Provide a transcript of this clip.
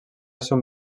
són